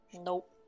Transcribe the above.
Nope